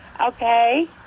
Okay